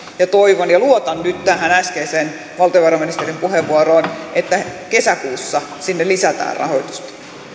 työpaikkaa toivon ja luotan nyt tähän äskeiseen valtiovarainministerin puheenvuoroon että kesäkuussa sinne lisätään rahoitusta